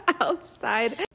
outside